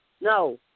No